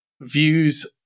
views